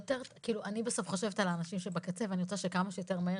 אני בסוף חושבת על האנשים שבקצה ואני רוצה שכמה שיותר מהר